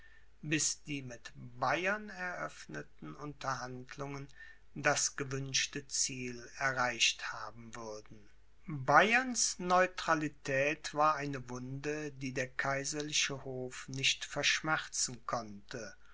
bis die mit bayern eröffneten unterhandlungen das gewünschte ziel erreicht haben würden bayerns neutralität war eine wunde die der kaiserliche hof nicht verschmerzen konnte